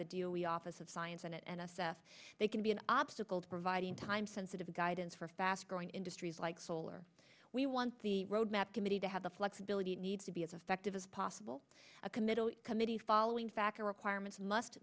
the dealey office of science and and s f they can be an obstacle to providing time sensitive guidance for fast growing industries like solar we want the roadmap committee to have the flexibility needs to be as effective as possible a committal committee following factor requirements must